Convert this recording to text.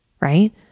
right